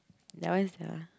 that one is the